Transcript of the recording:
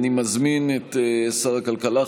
אני מזמין את שר הכלכלה,